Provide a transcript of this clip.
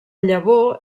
llavor